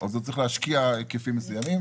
אז הוא צריך להשקיע היקפים מסוימים.